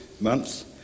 months